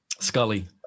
scully